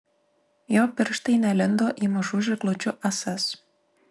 jo pirštai nelindo į mažų žirklučių ąsas